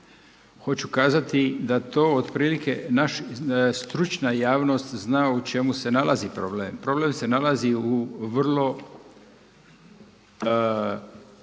Hoću kazati da to otprilike stručna javnost zna u čemu se nalazi problem. Problem se nalazi u vrlo